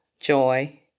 joy